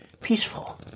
peaceful